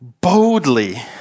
Boldly